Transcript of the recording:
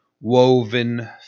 woven